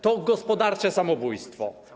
To gospodarcze samobójstwo.